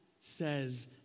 says